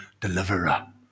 deliverer